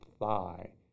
thigh